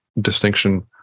distinction